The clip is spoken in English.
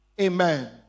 Amen